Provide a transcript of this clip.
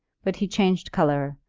but he changed colour,